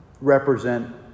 represent